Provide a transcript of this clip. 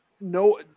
no